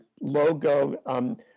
logo